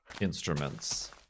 instruments